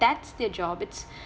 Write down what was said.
that's their job it's